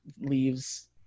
leaves